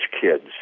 kids